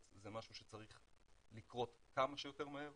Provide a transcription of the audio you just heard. אני חושב שתעודת הזהות דור ב' זה משהו שצריך לקרות כמה שיותר מהר.